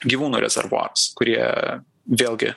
gyvūnų rezervuarus kurie vėlgi